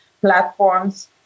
platforms